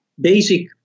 basic